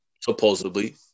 supposedly